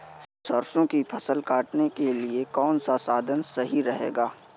सरसो की फसल काटने के लिए कौन सा साधन सही रहेगा?